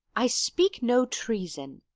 i speak no treason.